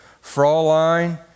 Fraulein